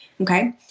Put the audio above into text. Okay